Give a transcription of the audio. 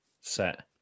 set